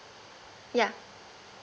yeah